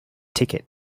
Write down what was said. ticket